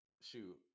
shoot